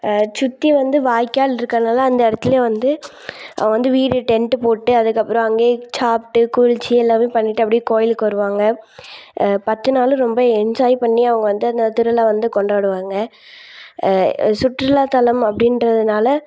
சுற்றி வந்து வாய்க்கால் இருக்கிறனால அந்த இடத்துலயே வந்து அவங்க வந்து வீடு டென்ட்டு போட்டு அதுக்கப்புறம் அங்கேயே சாப்பிட்டு குளித்து எல்லாமே பண்ணிவிட்டு அப்படியே கோயிலுக்கு வருவாங்க பத்து நாளும் ரொம்ப என்ஜாய் பண்ணி அவங்க வந்து அந்த திருவிழா வந்து கொண்டாடுவாங்க சுற்றுலாத்தலம் அப்படின்றதுனால